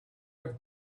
have